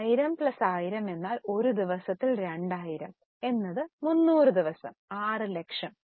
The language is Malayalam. അതിനാൽ 1000 പ്ലസ് 1000 എന്നാൽ ഒരു ദിവസത്തിൽ 2000 എന്നത് 300 ദിവസം 6 ലക്ഷം